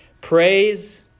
Praise